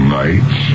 nights